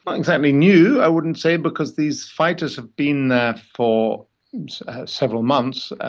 but exactly new, i wouldn't say, because these fighters have been there for several months.